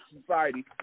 society